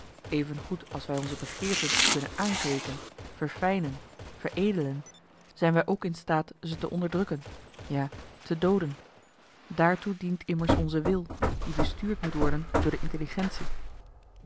goed als wij onze begeerten kunnen aankweeken verfijnen veredelen zijn wij ook in staat ze te onderdrukken ja te dooden daartoe dient immers onze wil die bestuurd moet worden door de intelligentie